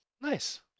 Nice